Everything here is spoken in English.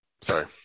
Sorry